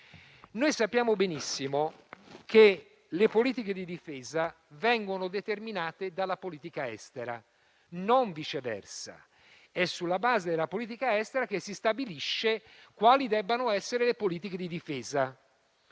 Sappiamo benissimo che le politiche di difesa vengono determinate dalla politica estera, e non viceversa. È sulla base della politica estera che si stabilisce quali debbano essere le politiche di difesa.